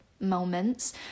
moments